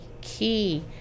key